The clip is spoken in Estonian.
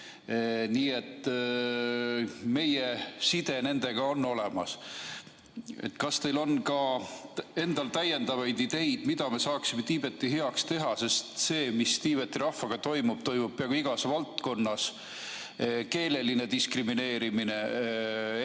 Nii et meil on side nendega olemas. Kas teil on ka endal täiendavaid ideid, mida me saaksime Tiibeti heaks teha? See, mis Tiibeti rahvaga toimub, toimub peaaegu igas valdkonnas – keeleline diskrimineerimine,